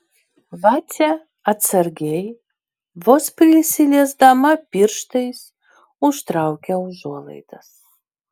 vacė atsargiai vos prisiliesdama pirštais užtraukia užuolaidas